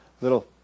little